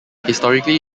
historically